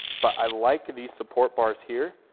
but i like these support bars here,